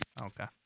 Okay